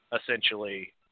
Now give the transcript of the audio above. essentially